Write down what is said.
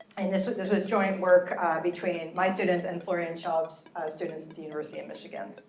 and this was this was joint work between my students and florian schaub's students at the university of michigan.